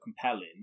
compelling